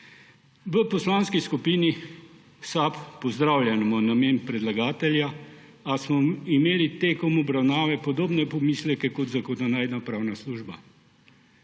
V Poslanski skupini SAB pozdravljamo namen predlagatelja, a smo imeli tekom obravnave podobne pomisleke kot Zakonodajno-pravna služba.